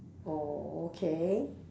oh okay